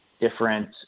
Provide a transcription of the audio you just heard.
different